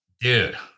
Dude